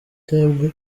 cyangwa